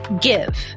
give